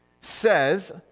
says